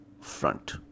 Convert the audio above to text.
front